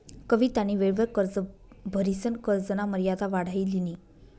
कवितानी वेळवर कर्ज भरिसन कर्जना मर्यादा वाढाई लिनी